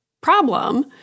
problem